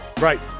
Right